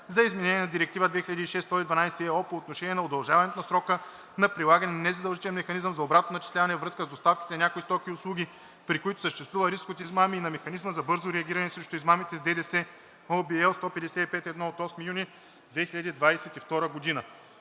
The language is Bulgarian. за изменение на Директива 2006/112/ЕО по отношение на удължаването на срока на прилагане на незадължителния механизъм за обратно начисляване във връзка с доставките на някои стоки и услуги, при които съществува риск от измами, и на механизма за бързо реагиране срещу измамите с ДДС (ОВ, L 155/1 от